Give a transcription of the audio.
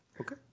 Okay